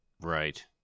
Right